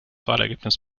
wahlergebnis